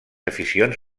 aficions